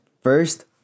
first